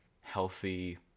healthy